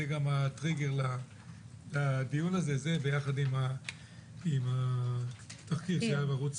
זה הטריגר לדיון יחד עם התחקיר שהיה בערוץ